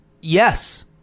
yes